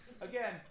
again